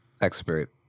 expert